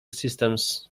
systems